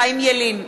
חיים ילין,